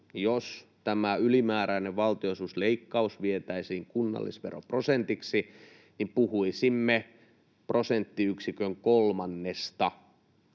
Jos tämä ylimääräinen valtionosuusleikkaus vietäisiin kunnallisveroprosentiksi, puhuisimme prosenttiyksikön kolmanneksesta,